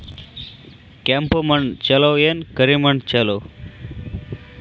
ಕೆಂಪ ಮಣ್ಣ ಛಲೋ ಏನ್ ಕರಿ ಮಣ್ಣ ಛಲೋ?